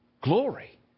glory